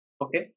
okay